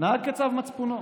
נהג כצו מצפונו